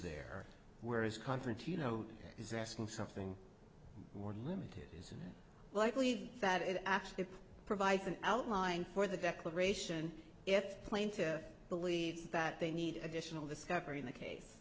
there were his conference you know he's asking something more limited isn't likely that it actually provides an outline for the declaration if claim to believe that they need additional discovery in the case